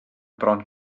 bron